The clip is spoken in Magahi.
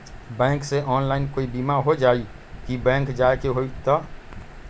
बैंक से ऑनलाइन कोई बिमा हो जाई कि बैंक जाए के होई त?